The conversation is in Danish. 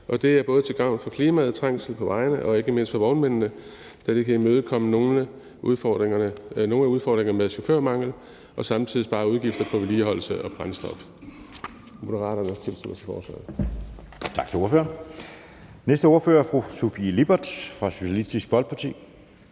og det er både til gavn for klimaet, trængslen på vejene og ikke mindst vognmændene, da det kan imødegå nogle af udfordringerne med chaufførmangel og samtidig spare udgifter til vedligeholdelse og brændstof.